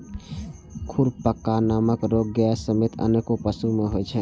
खुरपका नामक रोग गाय समेत आनो पशु कें होइ छै